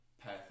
path